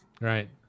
Right